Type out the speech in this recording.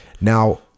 Now